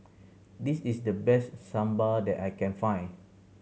this is the best Sambar that I can find